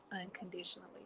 unconditionally